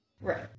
Right